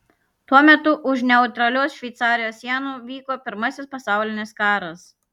tuo metu už neutralios šveicarijos sienų vyko pirmasis pasaulinis karas